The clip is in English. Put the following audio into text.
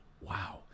wow